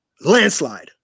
Landslide